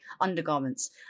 undergarments